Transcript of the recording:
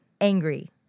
angry